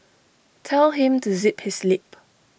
tell him to zip his lip